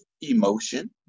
emotion